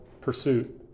pursuit